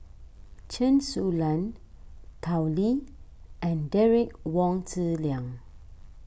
Chen Su Lan Tao Li and Derek Wong Zi Liang